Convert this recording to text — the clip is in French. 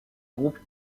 groupe